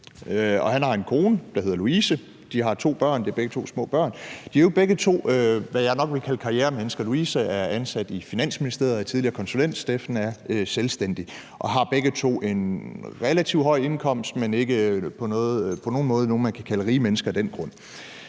han har en kone, der hedder Louise. De har to børn, begge to er små. De er i øvrigt begge to, hvad jeg nok vil kalde karrieremennesker. Louise er ansat i Finansministeriet og er tidligere konsulent. Steffen er selvstændig. De har begge to en relativt høj indkomst, men de er ikke på nogen måde nogen, man kan kalde rige mennesker af den grund.